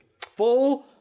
Full